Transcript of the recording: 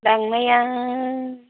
लांनाया